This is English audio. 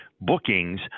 bookings